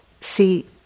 see